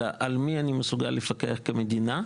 אלא על מי אני מסוגל לפקח כמדינה.